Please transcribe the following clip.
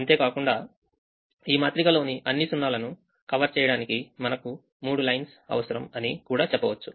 అంతే కాకుండా ఈ మాత్రిక లోని అన్ని సున్నాలును కవర్ చేయడానికి మనకు మూడు లైన్స్ అవసరం అని కూడా చెప్పవచ్చు